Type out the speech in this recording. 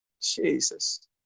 Jesus